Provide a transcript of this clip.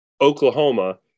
Oklahoma